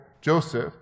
Joseph